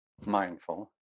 mindful